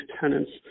tenants